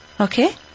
Okay